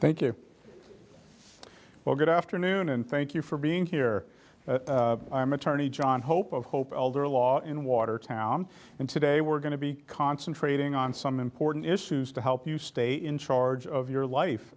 thank you well good afternoon and thank you for being here i'm attorney john hope of hope elder law in watertown and today we're going to be concentrating on some important issues to help you stay in charge of your life